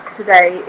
today